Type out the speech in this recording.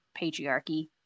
patriarchy